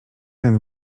ten